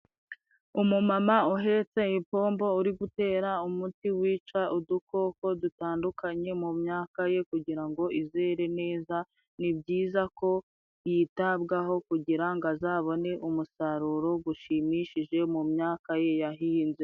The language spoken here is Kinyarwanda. Umumama uhetse ipombo uri gutera umuti wica udukoko dutandukanye, mu myaka ye kugira ngo izere neza, ni byiza ko yitabwaho kugira ngo azabone umusaruro gushimishije mu myaka ye yahinze.